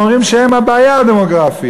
הם אומרים שהם הבעיה הדמוגרפית.